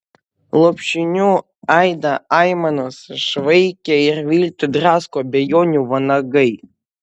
lopšinių aidą aimanos išvaikė ir viltį drasko abejonių vanagai